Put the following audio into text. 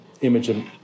image